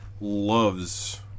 loves